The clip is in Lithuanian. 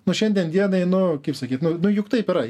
nu šiandien dienai nu kaip sakyt nu nu juk taip yra